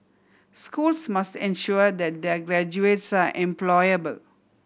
schools must ensure that their graduates are employable